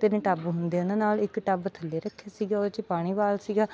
ਤਿੰਨ ਟੱਬ ਹੁੰਦੇ ਉਹਨਾਂ ਨਾਲ ਇੱਕ ਟੱਬ ਥੱਲੇ ਰੱਖਿਆ ਸੀਗੇ ਉਹਦੇ 'ਚ ਪਾਣੀ ਵਾਲ ਸੀਗਾ